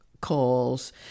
calls